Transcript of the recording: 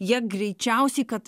jie greičiausiai kad